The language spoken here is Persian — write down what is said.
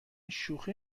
شوخی